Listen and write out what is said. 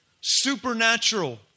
supernatural